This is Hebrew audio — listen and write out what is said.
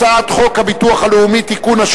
הצעת חוק הביטוח הלאומי (תיקון,